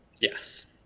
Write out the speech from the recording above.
Yes